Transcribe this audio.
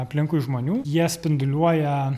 aplinkui žmonių jie spinduliuoja